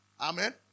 Amen